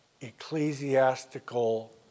ecclesiastical